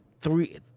three